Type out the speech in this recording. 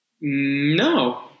No